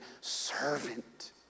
servant